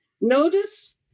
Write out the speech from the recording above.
notice